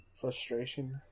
Frustration